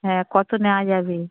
হ্যাঁ কত নেওয়া যাবে